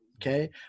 Okay